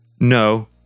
No